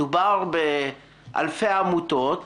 מדובר באלפי עמותות,